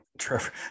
Trevor